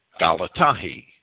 Galatahi